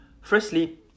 Firstly